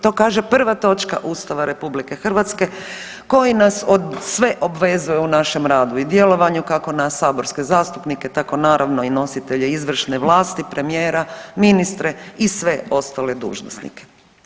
To kaže prva točka Ustava RH koji nas sve obvezuje u našem radu i djelovanju kako nas saborske zastupnike tako naravno i nositelje izvršne vlasti premijera, ministre i sve ostale dužnosnike.